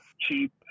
cheap